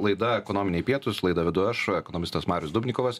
laida ekonominiai pietūs laidą vedu aš ekonomistas marius dubnikovas